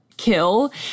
kill